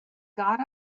got